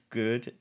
good